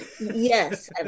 Yes